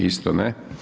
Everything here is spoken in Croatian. Isto ne.